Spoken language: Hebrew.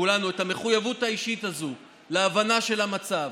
את המחויבות האישית הזאת להבנה של המצב.